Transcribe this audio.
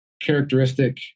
characteristic